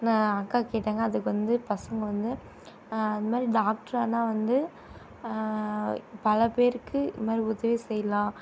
நான் அக்கா கேட்டாங்கள் அதுக்கு வந்து பசங்கள் வந்து அதுமாதிரி டாக்டரானால் வந்து பல பேருக்கு இது மாதிரி உதவி செய்யலாம்